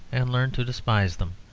and learn to despise them.